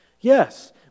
Yes